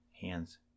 Hands